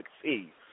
succeed